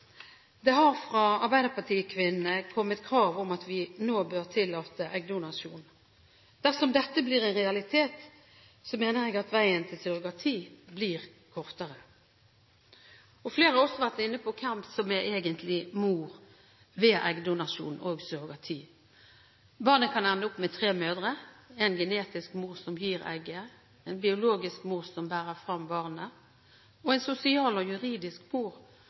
Det har fra arbeiderpartikvinnene kommet krav om at vi nå bør tillate eggdonasjon. Dersom dette blir en realitet, mener jeg at veien til surrogati blir kortere. Flere har også vært inne på hvem som egentlig er mor ved eggdonasjon og surrogati. Barnet kan ende opp med tre mødre: En genetisk mor som gir egget, en biologisk mor som bærer frem barnet, og en sosial og juridisk